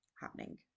happening